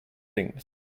things